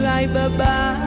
Bye-bye